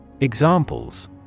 Examples